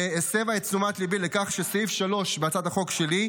שהסבה את תשומת ליבי לכך שסעיף 3 בהצעת החוק שלי,